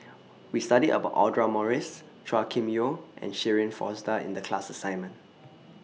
We studied about Audra Morrice Chua Kim Yeow and Shirin Fozdar in The class assignment